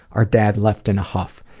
our dad left in a huff.